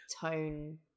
tone